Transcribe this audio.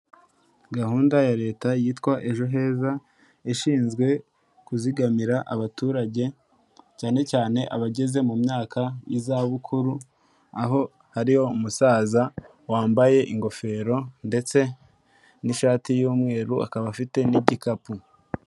Gahunda ya Leta yitwa EjoHeza ishinzwe kuzigamira abaturage, cyane cyane abageze mu myaka y'izabukuru, aho hari umusaza wambaye ingofero ndetse n'ishati y'umweru akaba afite n'igikapu.